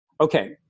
Okay